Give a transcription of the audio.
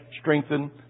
strengthen